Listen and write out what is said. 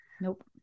Nope